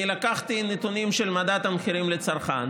לקחתי נתונים של מדד המחירים לצרכן